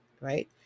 right